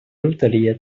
loteria